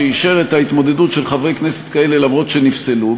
שאישר את ההתמודדות של חברי כנסת כאלה אף שהם נפסלו,